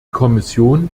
kommission